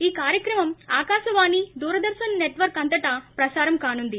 ఈ కార్యక్రమం ఆకాశవాణి దూరదర్శన్ నెట్వర్క్ అంతటా ప్రసారం కానుంది